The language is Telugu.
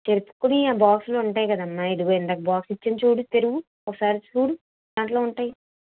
చెక్కుకొనేవి ఆ బాక్సులో ఉంటాయి కదమ్మా ఇదిగో ఇందాక బాక్స్ ఇచ్చాను చూడు తెరువు ఒకసారి చూడు దానిలో ఉంటాయి